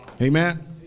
Amen